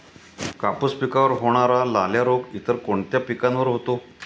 कापूस पिकावर होणारा लाल्या रोग इतर कोणत्या पिकावर होतो?